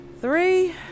Three